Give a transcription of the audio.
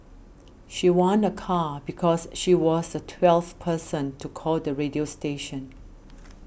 she won a car because she was the twelfth person to call the radio station